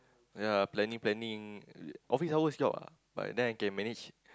ya planning planning office hours job ah but then I can manage